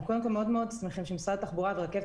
אנחנו קודם כול מאוד מאוד שמחים שמשרד התחבורה ורכבת